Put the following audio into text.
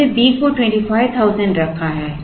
हमने B को 25000 रखा है